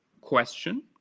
question